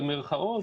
במרכאות,